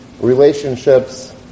relationships